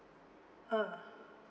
ah